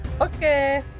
Okay